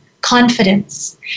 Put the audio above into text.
confidence